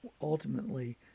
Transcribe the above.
ultimately